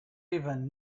even